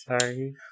sorry